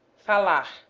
falar